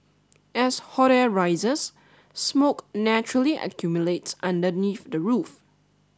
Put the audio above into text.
as hot air rises smoke naturally accumulates underneath the roof